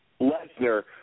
Lesnar